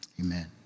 amen